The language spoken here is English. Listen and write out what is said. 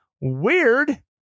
Weird